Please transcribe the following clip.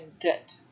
Debt